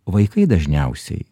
vaikai dažniausiai